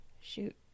shoot